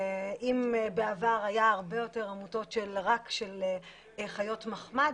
אם בעבר היו הרבה יותר עמותות של רק חיות מחמד